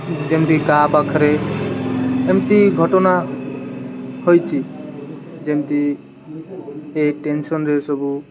ଯେମିତି କାହା ପାଖରେ ଏମିତି ଘଟଣା ହୋଇଛି ଯେମିତି ଏ ଟେନସନରେ ସବୁ